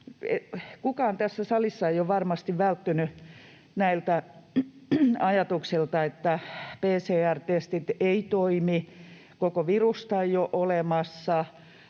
Kukaan tässä salissa ei ole varmasti välttynyt näiltä ajatuksilta, että PCR-testit eivät toimi, koko virusta ei ole olemassa,